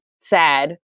sad